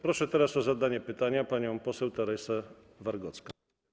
Proszę teraz o zadanie pytania panią poseł Teresę Wargocką.